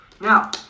Now